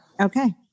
Okay